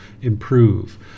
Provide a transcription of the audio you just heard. improve